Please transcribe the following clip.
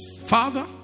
father